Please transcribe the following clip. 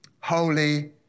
holy